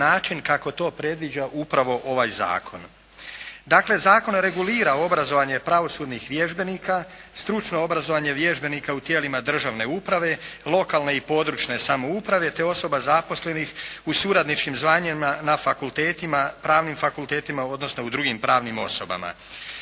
način kako to predviđa upravo ovaj zakon. Dakle, zakon regulira obrazovanje pravosudnih vježbenika, stručno obrazovanje vježbenika u tijelima državne uprave, lokalne i područne samouprave te osoba zaposlenih u suradničkim zvanjima na fakultetima, pravnim fakultetima, odnosno u drugim pravnim osobama.